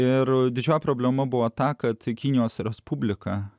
ir didžioji problema buvo ta kad kinijos respublika